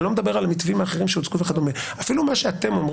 לא מדבר על המתווים האחרים שהוצגו וכדומה אומרים,